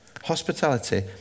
Hospitality